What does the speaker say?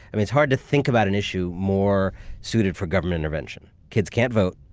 it's hard to think about an issue more suited for government intervention. kids can't vote.